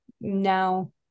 now